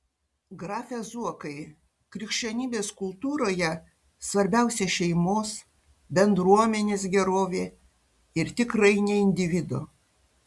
grafe zuokai krikščionybės kultūroje svarbiausia šeimos bendruomenės gerovė ir tikrai ne individo